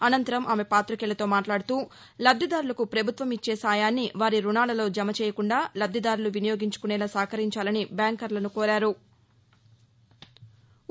అసంతరం ఆమె పాతికేయులతో మాట్లాడుతూ లబ్దిదారులకు ప్రభుత్వం ఇచ్చే సాయాన్ని వారి రుణాలలో జమ చేయకుండా లబ్లిదారులు వినియోగించుకునేలా సహాకరించాలని బ్యాంకర్లను కోరారు